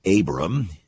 Abram